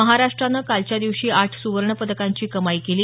महाराष्ट्रानं कालच्या दिवशी आठ सुवर्ण पदकांची कमाई केली